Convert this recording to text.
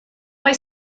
mae